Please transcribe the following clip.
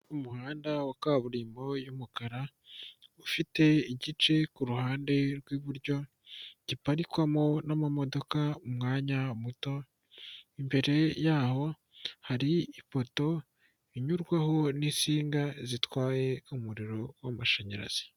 Umuhanda wa kaburimbo y'umukara ufite igice ku ruhande rw'iburyo, giparikwamo n'amamodoka umwanya muto, imbere yaho hari ipoto inyurwaho n'insinga zitwaye umuriro w'amashanyarazi.